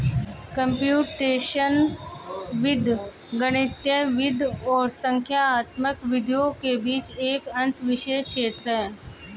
computational वित्त गणितीय वित्त और संख्यात्मक विधियों के बीच एक अंतःविषय क्षेत्र है